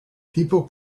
people